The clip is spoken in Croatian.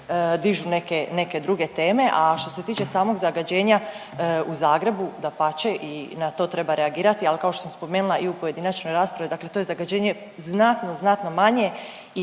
neke druge teme, a što se tiče samog zagađenja u Zagrebu, dapače i na to treba reagirati, ali kao što sam spomenula i u pojedinačnoj raspravi, dakle to je zagađenje znatno, znatno manje i